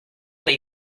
they